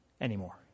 Anymore